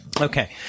Okay